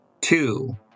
Two